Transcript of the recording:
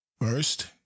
First